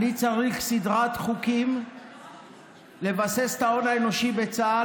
אני צריך סדרת חוקים לבסס את ההון האנושי בצה"ל,